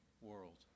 world